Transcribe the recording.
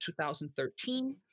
2013